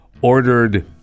ordered